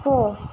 போ